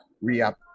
re-up